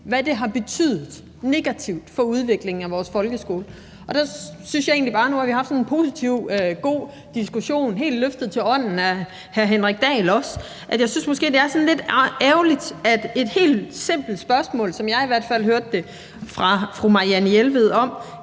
hvad det har betydet negativt for udviklingen af vores folkeskole, og når vi nu har haft sådan en positiv og god diskussion, også løftet helt til ånden af hr. Henrik Dahl, så er det lidt ærgerligt, at et helt simpelt spørgsmål, som jeg i hvert fald hørte det, fra fru Marianne Jelved om,